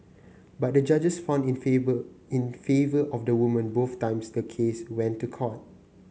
but the judges found in favour in favour of the woman both times the case went to court